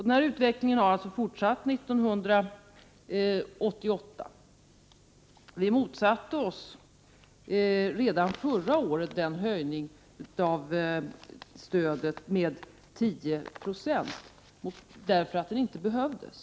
Denna utveckling har fortsatt 1988. Vi motsatte oss redan förra året en höjning av stödet med 10 96, därför att den inte behövdes.